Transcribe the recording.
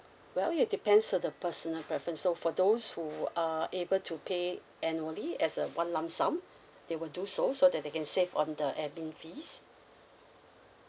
well it depends on the personal preference so for those who are able to pay annually as a one lump sum they will do so so that they can save on the admin fees